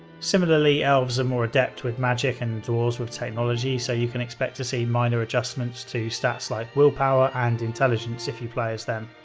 similarly, elves are more adept with magic and dwarves with technology so you can expect to see minor adjustments to stats like willpower and intelligence if you play as them.